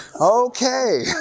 Okay